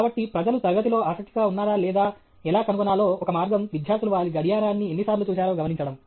కాబట్టి ప్రజలు తరగతిలో ఆసక్తిగా ఉన్నారా లేదా ఎలా కనుగొనాలో ఒక మార్గం విద్యార్థులు వారి గడియారాన్ని ఎన్నిసార్లు చూశారో గమనించడం